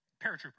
paratrooper